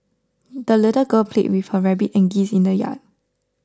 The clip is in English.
the little girl played with her rabbit and geese in the yard